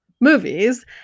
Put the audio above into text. movies